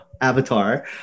avatar